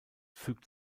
fügt